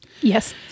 Yes